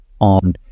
on